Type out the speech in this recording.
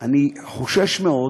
אני חושש מאוד